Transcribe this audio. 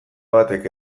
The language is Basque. batek